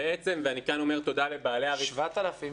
7000?